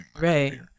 right